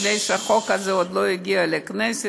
מפני שהחוק הזה עוד לא הגיע לכנסת,